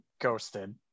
Ghosted